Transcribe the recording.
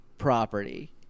property